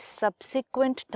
subsequent